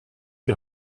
die